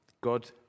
God